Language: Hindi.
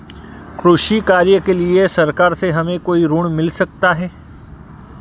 कृषि कार्य के लिए सरकार से हमें कोई ऋण मिल सकता है?